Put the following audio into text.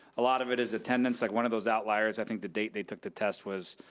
a lot of it is attendance, like, one of those outliers, i think the day they took the test was,